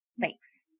Thanks